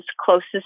closest